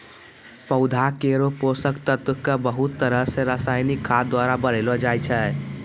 पौधा केरो पोषक तत्व क बहुत तरह सें रासायनिक खाद द्वारा बढ़ैलो जाय छै